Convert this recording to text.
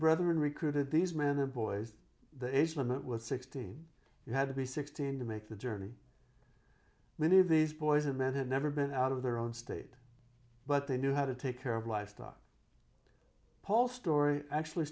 brother and recruited these men and boys the age limit was sixteen you had to be sixteen to make the journey many of these boys and men had never been out of their own state but they knew how to take care of livestock whole story actually